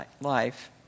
life